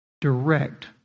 direct